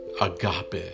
agape